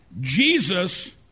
Jesus